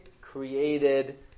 created